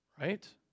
Right